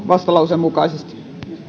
vastalauseen mukaisesti